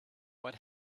what